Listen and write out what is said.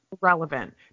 relevant